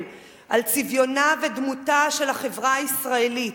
על צביונה ודמותה של החברה הישראלית.